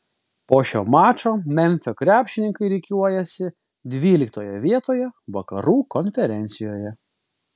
po šio mačo memfio krepšininkai rikiuojasi dvyliktoje vietoje vakarų konferencijoje